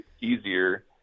easier